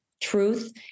truth